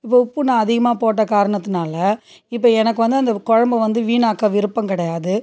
இப்போது உப்பு நான் அதிகமாக போட்ட காரணத்துனால் இப்போ எனக்கு வந்து அந்த குழம்பு வந்து எனக்கு வீணாக்க விருப்பம் கிடயாது